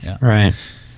right